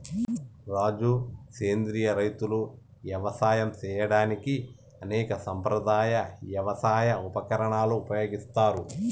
రాజు సెంద్రియ రైతులు యవసాయం సేయడానికి అనేక సాంప్రదాయ యవసాయ ఉపకరణాలను ఉపయోగిస్తారు